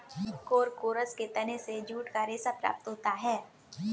Corchorus के तने से जूट का रेशा प्राप्त होता है